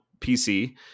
PC